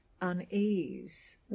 unease